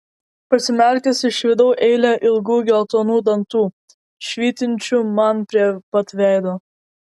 prasimerkęs išvydau eilę ilgų geltonų dantų švytinčių man prie pat veido